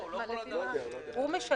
הוא משלם,